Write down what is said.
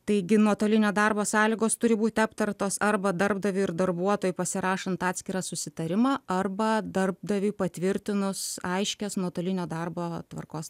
taigi nuotolinio darbo sąlygos turi būti aptartos arba darbdaviui ir darbuotojui pasirašant atskirą susitarimą arba darbdaviui patvirtinus aiškias nuotolinio darbo tvarkos